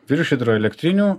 virš hidroelektrinių